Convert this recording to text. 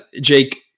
Jake